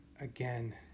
again